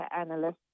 analysts